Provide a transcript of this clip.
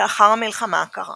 לאחר המלחמה הקרה